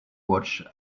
watch